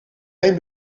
geen